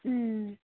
ಹ್ಞೂ